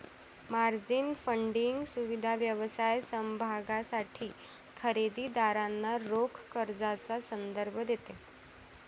margin funding सुविधा व्यवसाय समभागांसाठी खरेदी दारांना रोख कर्जाचा संदर्भ देते